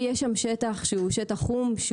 יש שם שטח שהוא שטח חום,